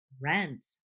Rent